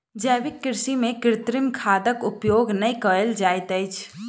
जैविक कृषि में कृत्रिम खादक उपयोग नै कयल जाइत अछि